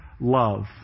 love